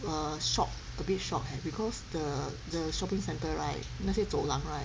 err shocked a bit shocked eh because the the shopping centre right 那些走廊 right